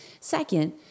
Second